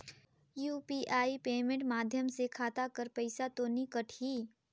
UPI payment माध्यम से खाता कर पइसा तो नी कटही?